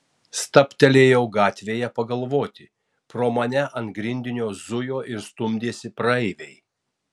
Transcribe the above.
stabtelėjau gatvėje pagalvoti pro mane ant grindinio zujo ir stumdėsi praeiviai